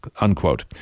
unquote